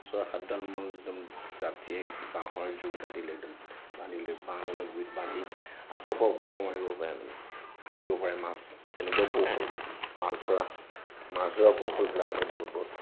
ছয় সাতডালমান একদম যাঠি বাঁহৰ জোং কাটি লয় বান্ধি লৈ বাঁহডালৰ গুৰিত বান্ধি আঁতৰৰ পৰা ওপৰৰ পৰা মাৰিব পাৰে মানে হানিব পাৰে মাছ তেনেকুৱা কৌশল মাছ ধৰা মাছ ধৰা কৌশলবিলাক আছে বহুত বহুত